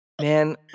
Man